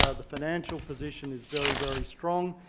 ah the financial position is very, very strong.